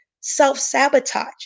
self-sabotage